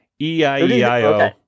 e-i-e-i-o